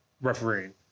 refereeing